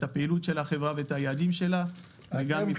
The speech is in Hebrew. הפעילות של החברה ואת היעדים שלה גם מבחינה כלכלית.